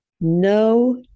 No